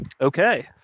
Okay